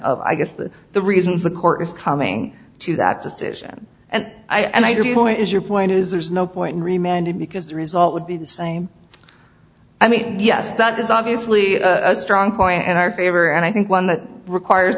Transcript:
of i guess the the reasons the court is coming to that decision and i give you point is your point is there's no point in re mend it because the result would be the same i mean yes that is obviously a strong point in our favor and i think one that requires